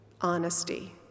honesty